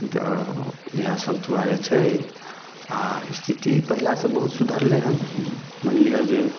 तऽ इएह सब दुआरे छै आ स्थिति पहिले से बहुत सुधरलै हन मानि लिअ जे